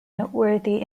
noteworthy